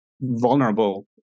vulnerable